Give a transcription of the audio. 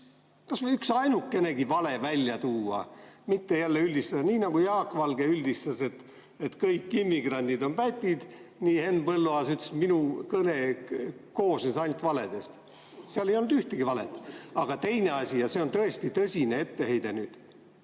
kas või üksainukenegi vale välja tuua, mitte jälle üldistada? Nii nagu Jaak Valge üldistas, et kõik immigrandid on pätid, ja Henn Põlluaas ütles, et minu kõne koosnes ainult valedest. Seal ei olnud ühtegi valet. Aga teine asi, ja see on tõesti tõsine etteheide nüüd: